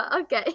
Okay